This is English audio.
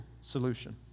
solution